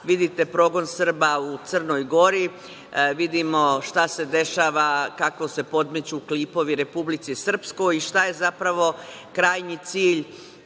vidite progon Srba u Crnoj Gori, vidimo šta se dešava, kako se podmeću klipovi Republici Srpskoj i šta je zapravo krajnji cilj